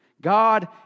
God